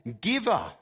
giver